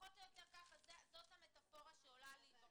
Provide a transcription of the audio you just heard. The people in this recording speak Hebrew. פחות או יותר זו המטאפורה שעולה לי.